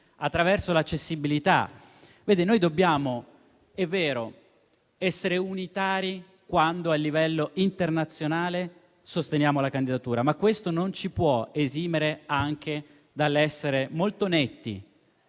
attraverso l'accessibilità. È vero che dobbiamo essere unitari quando, a livello internazionale, sosteniamo la candidatura, ma questo non ci può esimere anche dall'essere molto netti